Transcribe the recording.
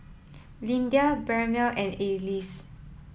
Lyndia Marybelle and Alease